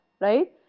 right